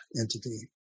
entity